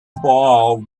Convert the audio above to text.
ball